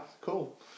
cool